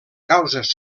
causes